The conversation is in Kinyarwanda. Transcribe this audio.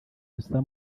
tuza